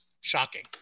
Shocking